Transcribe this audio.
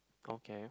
okay